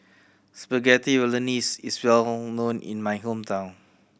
Spaghetti Bolognese is well known in my hometown